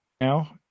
now